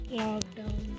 lockdown